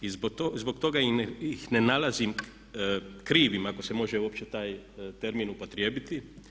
I zbog toga ih ne nalazim krivim ako se može uopće taj termin upotrijebiti.